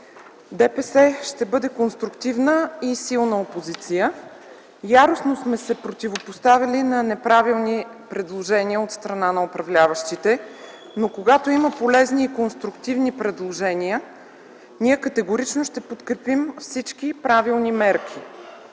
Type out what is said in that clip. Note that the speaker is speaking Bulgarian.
ДПС ще бъде конструктивна и силна опозиция. Яростно сме се противопоставяли на неправилни предложения от страна на управляващите, но когато има полезни и конструктивни предложения, ние категорично ще подкрепим всички правилни мерки.